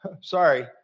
Sorry